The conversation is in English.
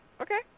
Okay